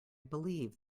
believe